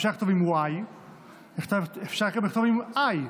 אפשר לכתוב ב-Y ואפשר גם לכתוב ב-I.